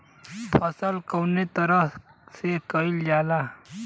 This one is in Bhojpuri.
फसल क बिजनेस कउने तरह कईल जाला?